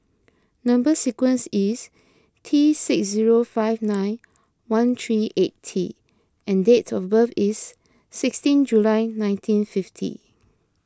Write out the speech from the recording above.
Number Sequence is T six zero five nine one three eight T and dates of birth is sixteen July nineteen fifty